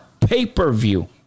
pay-per-view